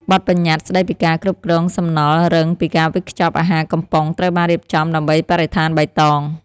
បទប្បញ្ញត្តិស្ដីពីការគ្រប់គ្រងសំណល់រឹងពីការវេចខ្ចប់អាហារកំពុងត្រូវបានរៀបចំដើម្បីបរិស្ថានបៃតង។